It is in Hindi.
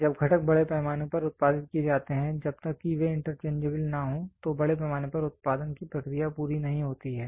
जब घटक बड़े पैमाने पर उत्पादित किए जाते हैं जब तक कि वे इंटरचेंजेबल न हों तो बड़े पैमाने पर उत्पादन की प्रक्रिया पूरी नहीं होती है